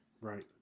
Right